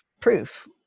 proof